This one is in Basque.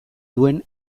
duen